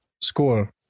score